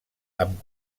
amb